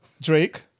Drake